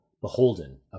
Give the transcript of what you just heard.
Beholden